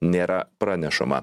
nėra pranešama